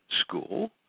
school